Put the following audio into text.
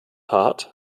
hart